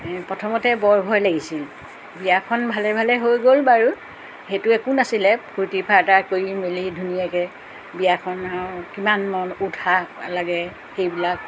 প্ৰথমতে বৰ ভয় লাগিছিল বিয়াখন ভালে ভালে হৈ গ'ল বাৰু সেইটো একো নাছিলে ফূৰ্তি ফাৰ্তা কৰি মেলি ধুনীয়াকৈ বিয়াখন আৰু কিমান মন উৎসাহ লাগে সেইবিলাক